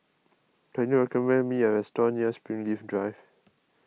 can you recommend me a restaurant near Springleaf Drive